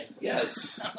Yes